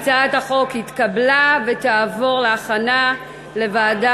הצעת החוק התקבלה ותועבר להכנה לוועדה